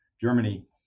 Germany